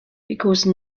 because